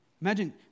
imagine